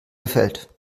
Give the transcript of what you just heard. gefällt